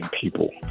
people